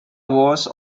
walls